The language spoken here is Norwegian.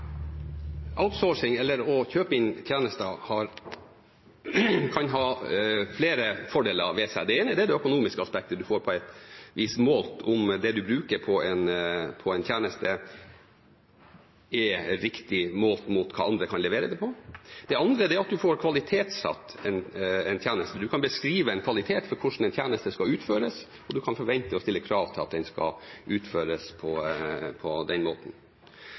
eller det å kjøpe inn tjenester, kan ha flere fordeler ved seg. Det ene er det økonomiske aspektet, om det man bruker på en tjeneste, er riktig, målt mot hva andre kan levere det for. Det andre er at man får kvalitetssatt en tjeneste. Man kan beskrive kvaliteten på en tjeneste, hvordan den skal utføres, og man kan forvente og stille krav om at den skal utføres på den måten.